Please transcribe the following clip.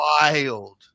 wild